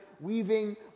weaving